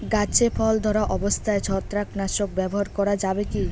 গাছে ফল ধরা অবস্থায় ছত্রাকনাশক ব্যবহার করা যাবে কী?